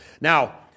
Now